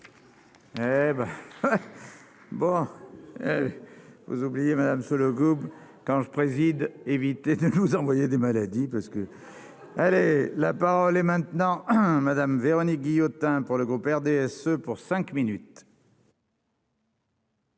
peste. Bon, vous oubliez Madame Sollogoub quand je préside éviter de nous envoyer des maladies parce qu'elle est la parole est maintenant un Madame Véronique Guillotin, pour le groupe RDSE pour 5 minutes.